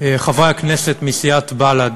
חברי הכנסת מסיעת בל"ד.